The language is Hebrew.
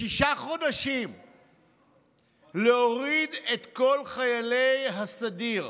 בשישה חודשים להוריד את כל חיילי הסדיר,